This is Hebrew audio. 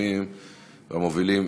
מהיוזמים המובילים,